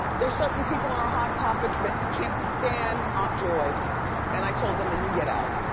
there's certain people in our hot topics that can't stand aunt joy and i told them then you get out.